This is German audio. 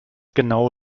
genau